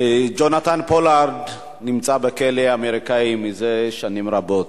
יונתן פולארד נמצא בכלא האמריקני זה שנים רבות.